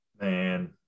Man